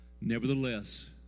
Nevertheless